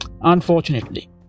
Unfortunately